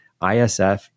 ISF